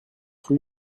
rue